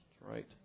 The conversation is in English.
Right